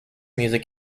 music